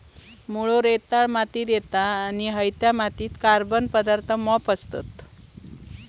मुळो रेताळ मातीत येता आणि हयत्या मातीत कार्बन पदार्थ मोप असतत